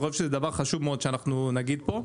יכול להיות שזה דבר חשוב מאוד שאנחנו נגיד פה.